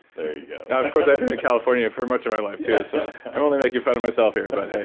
there you go yeah now of course, i've been in california for much of my life, too, so i'm only making fun of myself here but, hey.